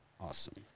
Awesome